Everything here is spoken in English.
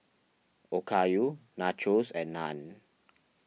Okayu Nachos and Naan